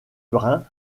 brun